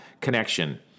connection